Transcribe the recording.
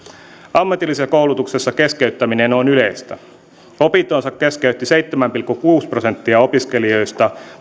ammatillisessa koulutuksessa keskeyttäminen on yleistä opintonsa keskeytti seitsemän pilkku kuusi prosenttia opiskelijoista